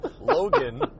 Logan